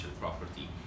property